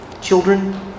Children